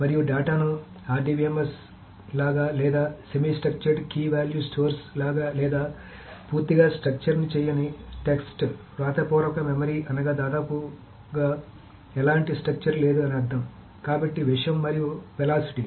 మరియు డేటాను RDBMS లాగా లేదా semi structured key value stores లాగా లేదా పూర్తిగా స్ట్రక్చర్ చేయని టెక్స్ట్ వ్రాతపూర్వక మెమరీ అనగా దాదాపుగా ఎలాంటి స్ట్రక్చర్ లేదు అని అర్థం కాబట్టి విషయం మరియు వెలాసిటీ